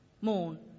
Moon